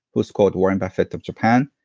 who's called warren buffet of japan.